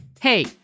Hey